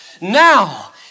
Now